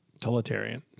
totalitarian